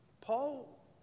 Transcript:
Paul